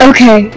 Okay